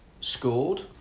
scored